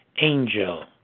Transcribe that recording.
angel